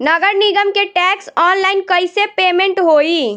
नगर निगम के टैक्स ऑनलाइन कईसे पेमेंट होई?